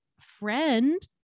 friend